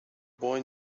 boy